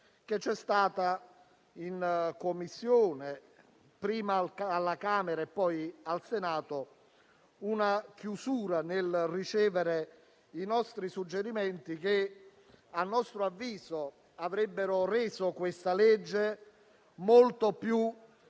sia stata in Commissione, prima alla Camera e poi al Senato, una chiusura nel ricevere i nostri suggerimenti, che - a nostro avviso -avrebbero reso questo disegno di legge molto più efficace